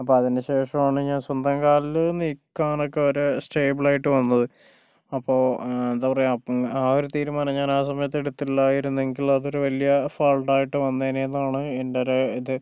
അപ്പോൾ അതിനുശേഷമാണ് ഞാൻ സ്വന്തം കാലിൽ നിൽക്കാൻ ഒക്കെ ഒരു സ്റ്റേബിൾ ആയിട്ട് വന്നത് അപ്പോൾ എന്താ പറയുക ആ ഒരു തീരുമാനം ഞാൻ ആ സമയത്ത് എടുത്തില്ലായിരുന്നുവെങ്കിൽ അത് ഒരു വലിയ ഫാൾട്ടായിട്ട് വന്നേനെ എന്നാണ് എൻ്റെ ഒരു ഇത്